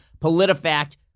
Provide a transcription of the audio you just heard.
PolitiFact